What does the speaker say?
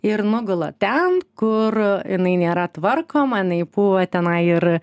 ir nugula ten kur jinai nėra tvarkoma jinai pūva tenai ir